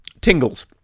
Tingles